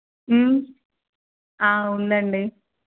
ఉందండి